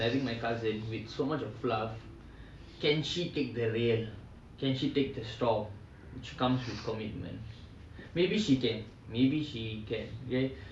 girl is going into a relationship with my cousin with so much of fluff can she take the reality can she take the storms which comes with commitment maybe she can maybe he can then